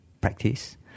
practice